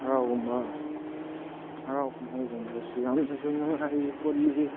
ꯍꯔꯥꯎꯒꯨꯝꯕ ꯍꯔꯥꯎ ꯀꯨꯝꯃꯩꯒꯨꯝꯕꯁꯨ ꯌꯥꯝꯅꯁꯨ ꯅꯨꯡꯉꯥꯏ ꯈꯣꯠꯂꯤ